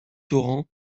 torrent